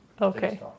Okay